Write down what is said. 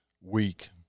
week